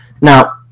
Now